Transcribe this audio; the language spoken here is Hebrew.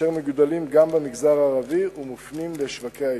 אשר מגודלים גם במגזר הערבי ומופנים לשוקי היצוא.